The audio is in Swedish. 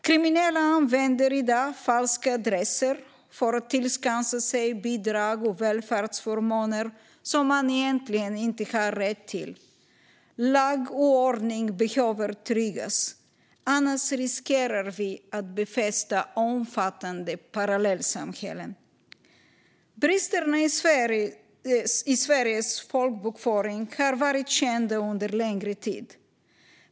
Kriminella använder i dag falska adresser för att tillskansa sig bidrag och välfärdsförmåner som de egentligen inte har rätt till. Lag och ordning behöver tryggas; annars riskerar vi att befästa omfattande parallellsamhällen. Bristerna i Sveriges folkbokföring har varit kända under längre tid.